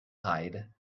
hide